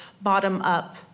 bottom-up